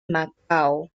macao